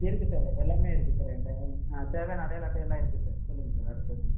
இருக்குது சார் எல்லாமே இருக்குது சார் என்ட்ட தேவையான அடையாள அட்டை எல்லாம் இருக்குது சார் சொல்லுங்கள் சார் அடுத்து என்னது